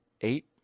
eight